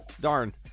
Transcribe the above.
Darn